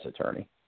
attorney